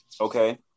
Okay